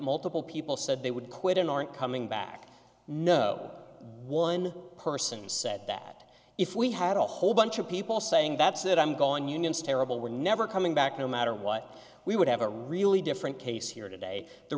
multiple people said they would quit and aren't coming back no one person said that if we had a whole bunch of people saying that's it i'm gone union's terrible we're never coming back no matter what we would have a really different case here today the